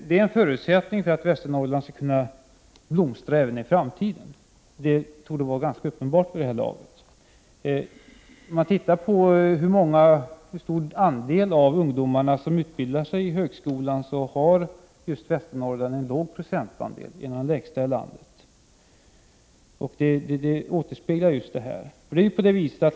Det är en förutsättning för att Västernorrland skall kunna blomstra i framtiden — det torde vara uppenbart vid det här laget. Om man ser efter hur stor andel av ungdomarna som utbildar sig vid högskola finner man att den andelen i Västernorrland är låg, en av de lägsta i landet. Det återspeglar just det här förhållandet.